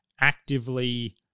actively